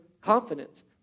confidence